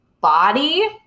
body